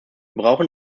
brauchen